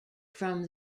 from